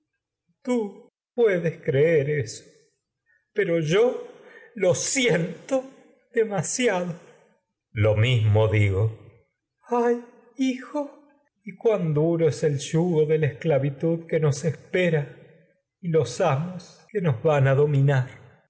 tú demasiado puedes creer eso pero yo lo siento coro lo mismo digo y tecmesa ay hijo nos cuan duro es el que yugo de van la a esclavitud que espera y los amos nos dominar